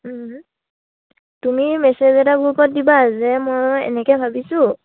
তুমি মেছেজ এটা গ্ৰুপত দিবা যে মই এনেকে ভাবিছোঁ